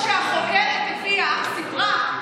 כשהחותנת סיפרה,